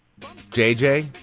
JJ